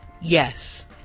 yes